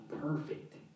perfect